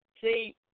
See